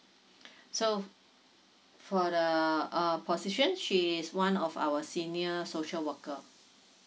so for the uh position she is one of our senior social worker